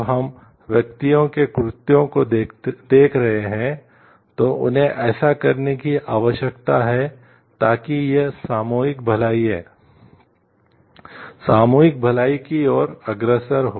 जब हम व्यक्तियों के कृत्यों को देख रहे हैं तो उन्हें ऐसा करने की आवश्यकता है ताकि यह सामूहिक भलाई की ओर अग्रसर हो